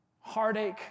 Heartache